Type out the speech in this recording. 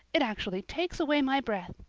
it actually takes away my breath.